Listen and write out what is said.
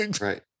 Right